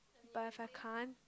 but if I can't